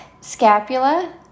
scapula